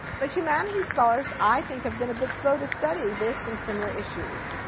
but humanities scholars i think have been a bit slow to study this and similar issues.